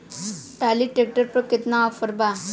Trolley tractor पर केतना offer बा?